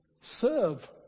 serve